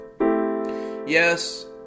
Yes